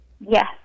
Yes